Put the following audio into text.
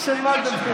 יש על מה לדבר.